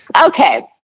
Okay